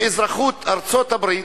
ועם אזרחות ארצות-הברית,